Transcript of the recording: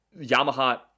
Yamaha